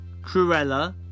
Cruella